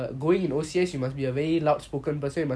ya that's what that is one of the requirements so